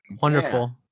Wonderful